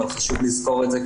וחשוב לזכור את זה,